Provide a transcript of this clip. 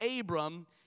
Abram